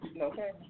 Okay